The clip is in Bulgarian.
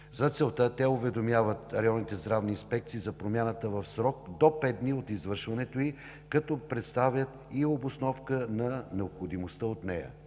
За целта те уведомяват районните здравни инспекции за промяната в срок до пет дни от извършването й, като представят и обосновка на необходимостта от нея.